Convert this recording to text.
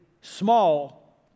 small